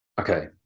Okay